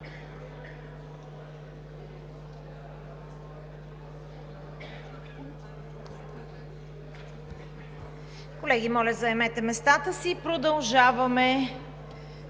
Колеги, моля, заемете местата си – продължаваме